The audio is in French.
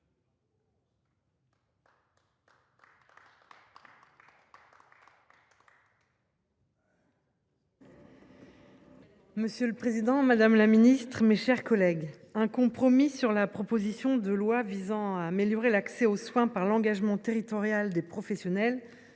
Monsieur le président, madame la ministre, mes chers collègues, un compromis sur la proposition de loi visant à améliorer l’accès aux soins par l’engagement territorial des professionnels